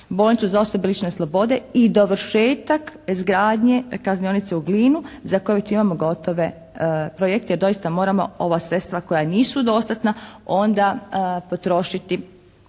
bolnice za osobe lišene slobode i dovršetak izgradnje kaznionice u Glini za koje već imamo gotove projekte jer doista moramo ova sredstva koja nisu dostatna onda potrošiti